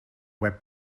web